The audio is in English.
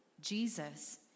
Jesus